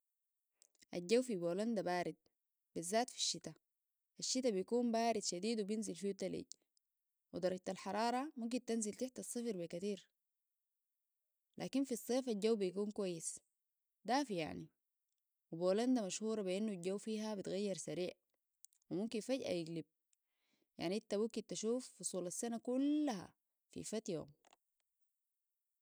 الجو في بولندا بارد بالذات في الشتاء بيكون بارد شديد وبينزل فيهو تلج ودرجة الحرارة ممكن تنزل تحت الصفر بكتير لكن في الصيف الجو بيكون كويس دافي يعني وبولندا مشهورة بان الجو فيها بتغير سريع وممكن فجأة يقلب يعني انت ممكن تشوف فصول السنة كلها في فد يوم